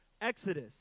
exodus